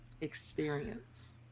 experience